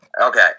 Okay